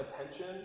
attention